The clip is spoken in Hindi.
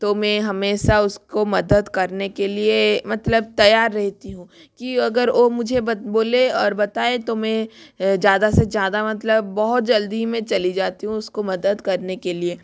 तो मे हमेशा उसको मदद करने के लिए मतलब तैयार रहती हूँ कि अगर वो मुझे बोले और बताए तो मैं ज़्यादा से ज़्यादा मतलब बहुत जल्दी मे चली जाती हूँ उसको मदद करने के लिए